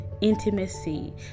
intimacy